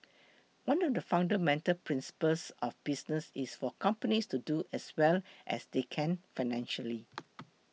one of the fundamental principles of business is for companies to do as well as they can financially